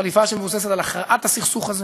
חלופה שמבוססת על הכרעת הסכסוך הזה,